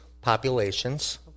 populations